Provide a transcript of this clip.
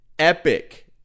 Epic